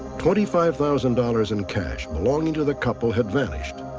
twenty five thousand dollars in cash belonging to the couple had vanished,